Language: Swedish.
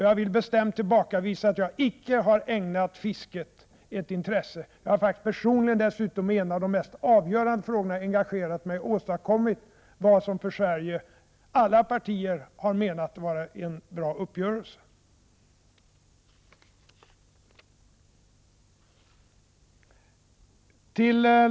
Jag vill bestämt tillbakavisa påståendet att jag icke har ägnat fisket något intresse — jag har dessutom engagerat mig personligen i en av de mest avgörande frågorna och åstadkommit vad alla partier har menat var en bra uppgörelse för Sverige.